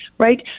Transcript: right